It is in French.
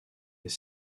des